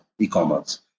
e-commerce